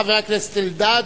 חבר הכנסת אלדד,